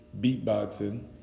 beatboxing